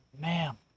ma'am